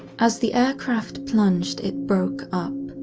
as the aircraft plunged, it broke up.